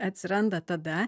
atsiranda tada